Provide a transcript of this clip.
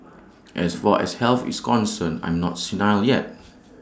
as far as health is concerned I'm not senile yet